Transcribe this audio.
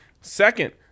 Second